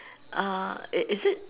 uh is is it